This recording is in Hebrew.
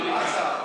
מה ההצעה?